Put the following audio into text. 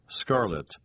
scarlet